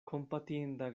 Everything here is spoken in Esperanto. kompatinda